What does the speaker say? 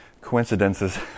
coincidences